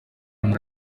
muntu